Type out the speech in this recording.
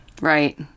Right